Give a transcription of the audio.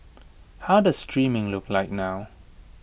how does streaming look like now